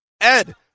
Ed